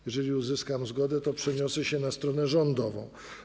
Jeżeli uzyskam zgodę, to przeniosę się na stronę rządową.